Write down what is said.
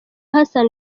hassan